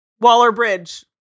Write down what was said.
Waller-Bridge